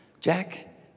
Jack